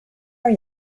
are